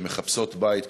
שמחפשות בית,